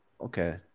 okay